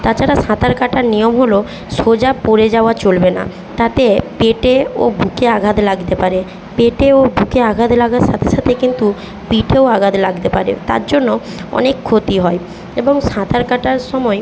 তাছাড়া সাঁতার কাটার নিয়ম হলো সোজা পড়ে যাওয়া চলবে না তাতে পেটে ও বুকে আঘাত লাগতে পারে পেটে ও বুকে আঘাত লাগার সাথে সাথে কিন্তু পিঠেও আঘাত লাগতে পারে তার জন্য অনেক ক্ষতি হয় এবং সাঁতার কাটার সময়